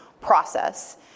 process